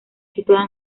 situada